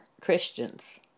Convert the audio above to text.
Christians